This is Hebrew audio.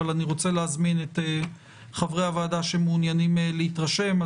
אני רוצה להזמין את חברי הוועדה שמעוניינים להתרשם.